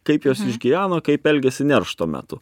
kaip jos išgyveno kaip elgėsi neršto metu